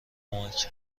کمک